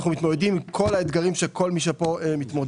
אנחנו מתמודדים עם כל האתגרים שכל מי שדובר עליהם פה.